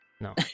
No